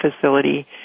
facility